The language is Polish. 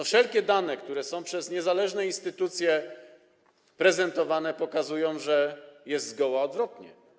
Wszelkie dane, które są przez niezależne instytucje prezentowane, pokazują, że jest zgoła odwrotnie.